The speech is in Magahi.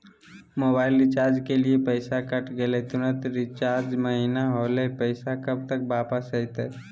मोबाइल रिचार्ज के लिए पैसा कट गेलैय परंतु रिचार्ज महिना होलैय, पैसा कब तक वापस आयते?